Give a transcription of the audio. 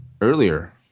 earlier